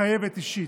חייב, אישית: